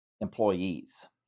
employees